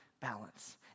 balance